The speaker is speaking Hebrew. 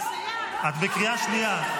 את בקריאה שנייה.